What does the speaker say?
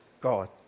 god